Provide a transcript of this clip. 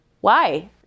Why